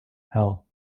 hell